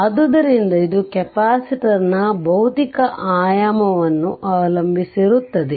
ಆದ್ದರಿಂದ ಇದು ಕೆಪಾಸಿಟರ್ನ ಭೌತಿಕ ಆಯಾಮವನ್ನು ಅವಲಂಬಿಸಿರುತ್ತದೆ